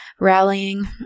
rallying